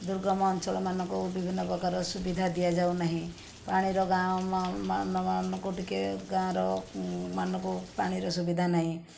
ଦୁର୍ଗମ ଅଞ୍ଚଳମାନଙ୍କୁ ବିଭିନ୍ନ ପ୍ରକାରର ସୁବିଧା ଦିଆଯାଉନାହିଁ ପାଣିର ଗାଁର ମାନଙ୍କୁ ଟିକିଏ ଗାଁର ମାନଙ୍କୁ ପାଣିର ସୁବିଧା ନାହିଁ